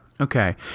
Okay